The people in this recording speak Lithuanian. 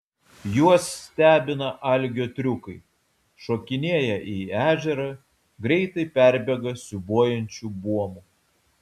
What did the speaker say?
juos stebina algio triukai šokinėja į ežerą greitai perbėga siūbuojančiu buomu